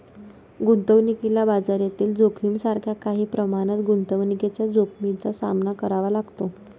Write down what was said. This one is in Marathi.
गुंतवणुकीला बाजारातील जोखमीसारख्या काही प्रमाणात गुंतवणुकीच्या जोखमीचा सामना करावा लागतो